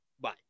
Bye